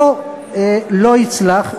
לא יצלח,